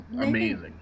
amazing